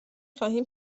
خواهیم